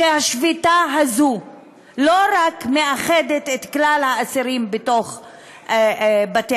שהשביתה הזאת לא רק מאחדת את כלל האסירים בתוך בתי-הכלא,